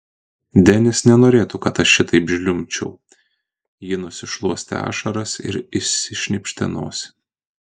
denis nenorėtų kad aš šitaip žliumbčiau ji nusišluostė ašaras ir išsišnypštė nosį